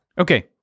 Okay